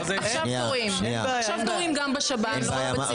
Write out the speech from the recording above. אין בעיה.